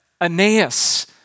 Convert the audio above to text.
Aeneas